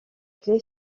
clé